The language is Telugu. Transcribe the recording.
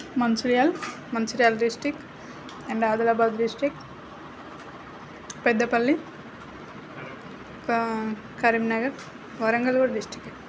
Mancherial Mancherial district and Adilabad district Peddapalli కా కరీంనగర్ వరంగల్ డిస్ట్రిక్ట్